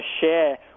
share